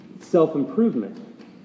self-improvement